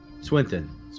Swinton